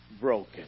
broken